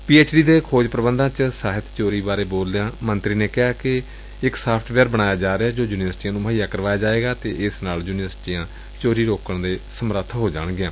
ਪੀ H D ਦੇ ਖੋਜ ਪ੍ਰੰਧਾਂ ਚ ਸਾਹਿਤ ਚੋਰੀ ਬਾਰੇ ਬੋਲਦਿਆਂ ਮੰਤਰੀ ਨੇ ਕਿਹਾ ਕਿ ਇਕ ਸਾਫਟਵੇਅਰ ਬਣਾਇਆ ਗਿਐ ਜੋ ਯੁਨੀਵਰਸਿਟੀ ਨੰ ਮੁਹੱਈਆਂ ਕਰਵਾਇਆ ਜਾਏਗਾ ਅਤੇ ਇਸ ਨਾਲ ਯੁਨੀਵਰਸਿਟੀਆਂ ਚੋਰੀ ਰੋਕਣ ਦੇ ਸਮਰਥ ਹੋ ਜਾਣਗੀਆਂ